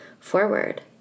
forward